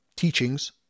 teachings